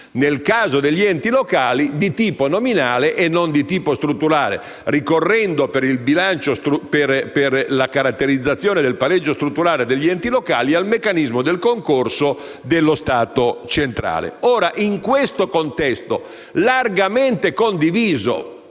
nel caso degli enti locali, di tipo nominale e non strutturale, ricorrendo, per la caratterizzazione del pareggio strutturale del bilancio degli enti locali, al meccanismo del concorso dello Stato centrale. Questo contesto è largamente condiviso